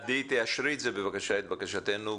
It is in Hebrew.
עדי, תאשרי בבקשה את בקשתנו.